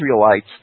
Israelites